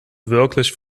wirklich